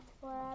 forever